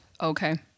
Okay